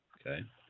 Okay